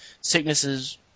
Sicknesses